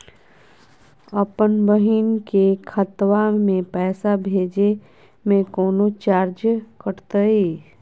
अपन बहिन के खतवा में पैसा भेजे में कौनो चार्जो कटतई?